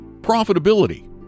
profitability